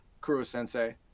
Kuro-sensei